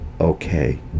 okay